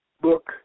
book